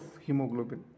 hemoglobin